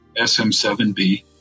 SM7B